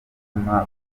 gutuma